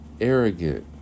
arrogant